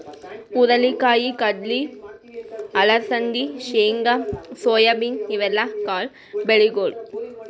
ಹುರಳಿ ಕಾಯಿ, ಕಡ್ಲಿ, ಅಲಸಂದಿ, ಶೇಂಗಾ, ಸೋಯಾಬೀನ್ ಇವೆಲ್ಲ ಕಾಳ್ ಬೆಳಿಗೊಳ್